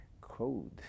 code